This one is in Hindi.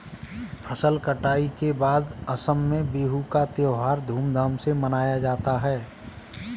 फसल कटाई के बाद असम में बिहू का त्योहार धूमधाम से मनाया जाता है